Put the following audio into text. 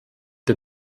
der